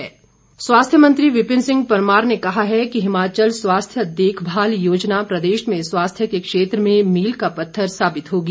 विपिन परमार स्वास्थ्य मंत्री विपिन सिंह परमार ने कहा है कि हिमाचल स्वास्थ्य देखभाल योजना प्रदेश में स्वास्थ्य के क्षेत्र में मील का पत्थर साबित होगी